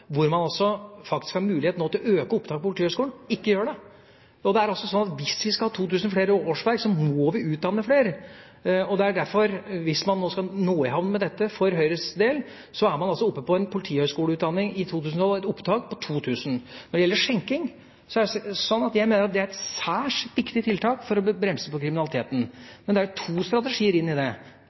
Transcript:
hvor man faktisk har mulighet til å øke opptaket til Politihøgskolen og ikke gjør det. Det er altså slik at hvis vi skal ha 2 000 flere årsverk, må vi utdanne flere. Hvis man skal nå i havn med dette – for Høyres del – er man derfor oppe på et opptak på 2 000 til politihøgskoleutdanningen. Når det gjelder skjenking, mener jeg det er et særs viktig tiltak for å bremse kriminaliteten. Men her er det to strategier. Den første er det regjeringa jobber med, hvor man ønsker å se dette mer opp mot den forskningen som nå gjøres, særlig SIRUS. Det syns jeg er greit. Det